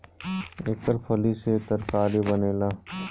एकर फली से तरकारी बनेला